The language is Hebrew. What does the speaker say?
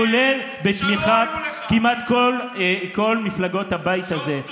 כולל בתמיכת כמעט כל מפלגות הבית הזה,